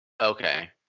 Okay